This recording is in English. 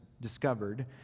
discovered